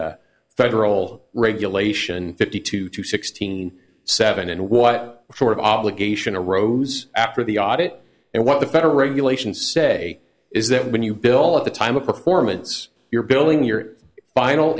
federal regulation fifty two to sixteen seven and what sort of obligation or rose after the audit and what the federal regulations say is that when you bill at the time of performance you're building your final